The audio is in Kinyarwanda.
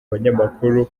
abanyamakuru